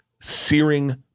searing